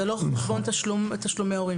זה לא חשבון תשלומי הורים.